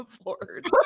afford